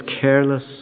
careless